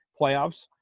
playoffs